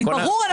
ברור.